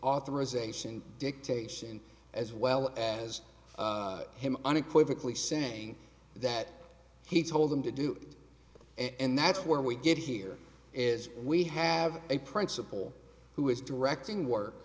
authorization dictation as well as him unequivocally saying that he told them to do and that's where we get here is we have a principal who is directing work